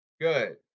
Good